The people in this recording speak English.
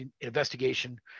investigation